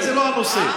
זה לא הנושא.